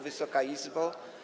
Wysoka Izbo!